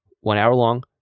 one-hour-long